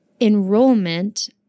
Enrollment